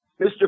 Mr